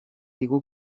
digu